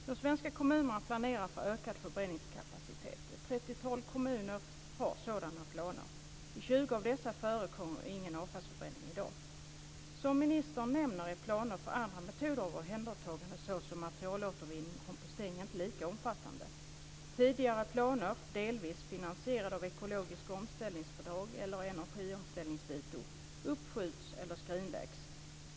De svenska kommunerna planerar för ökad förbränningskapacitet. Ett trettiotal kommuner har sådana planer. I 20 av dessa förekommer ingen avfallsförbränning i dag. Som ministern nämner är planer för andra metoder av omhändertagande såsom materialåtervinning och kompostering inte lika omfattande. Tidigare planer, delvis finansierade av ekologiska omställningsbidrag eller energiomställningsdito, uppskjuts eller skrinläggs.